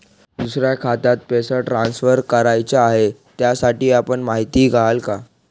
दुसऱ्या खात्यात पैसे ट्रान्सफर करायचे आहेत, त्यासाठी आपण माहिती द्याल का?